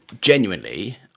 genuinely